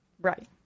right